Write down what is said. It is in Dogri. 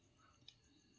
आं